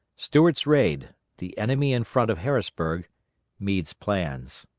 stuart's raid the enemy in front of harrisburg meade's plans.